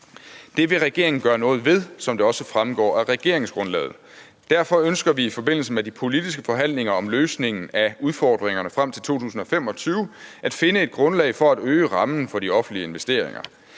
Det vil regeringen gøre noget ved, som det også fremgår af regeringsgrundlaget. Derfor ønsker vi i forbindelse med de politiske forhandlinger om løsningen af udfordringerne frem til 2025 at finde et grundlag for at øge rammen for de offentlige investeringer.